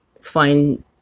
find